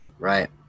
Right